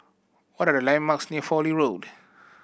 what are the landmarks near Fowlie Road